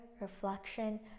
reflection